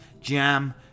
jam